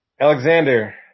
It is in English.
Alexander